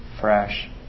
fresh